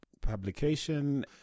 publication